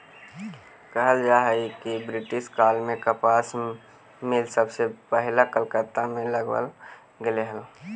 कहल जा हई कि ब्रिटिश काल में कपास मिल सबसे पहिला कलकत्ता में लगावल गेले हलई